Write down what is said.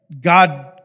God